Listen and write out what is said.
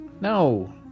No